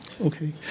Okay